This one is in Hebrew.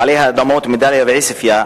בעלי האדמות מדאליה ועוספיא,